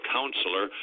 Counselor